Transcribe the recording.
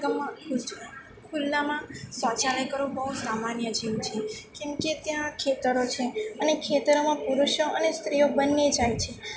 અમારા ગામમાં ખુલ્લાંમાં શૌચાલય કરવું બહુ સામાન્ય જેવું છે કેમ કે ત્યાં ખેતરો છે અને ખેતરોમાં પુરુષો અને સ્ત્રીઓ બંને જાય છે